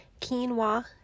quinoa